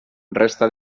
resta